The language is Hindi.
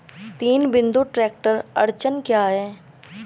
तीन बिंदु ट्रैक्टर अड़चन क्या है?